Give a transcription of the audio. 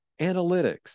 analytics